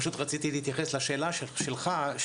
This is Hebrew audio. פשוט רציתי להתייחס לשאלה שלך,